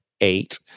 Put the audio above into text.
eight